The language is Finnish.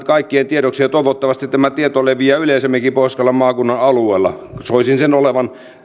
kaikkien tiedoksi ja toivottavasti tämä tieto leviää yleisemminkin pohjois karjalan maakunnan alueella soisin sen olevan